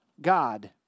God